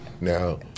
Now